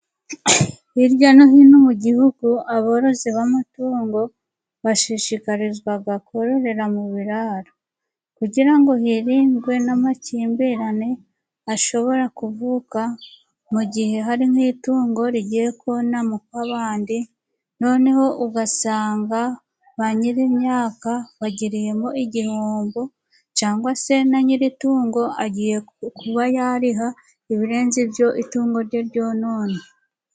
Hirya no hino mu gihugu, aborozi b'amatungo bashishikarizwa kororera mu biraro kugira ngo hirindwe n'amakimbirane ashobora kuvuka mu gihe hari nk'itungo rigiye kona mu kw'abandi, noneho ugasanga ba nyir'imyaka bagiriyemo igihombo cyangwa se na nyir'itungo agiye kuba yariha ibirenze ibyo itungo rye ryononnye.